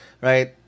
right